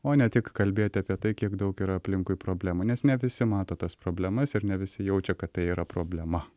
o ne tik kalbėti apie tai kiek daug yra aplinkui problemų nes ne visi mato tas problemas ir ne visi jaučia kad tai yra problema